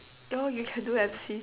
oh you can do M_C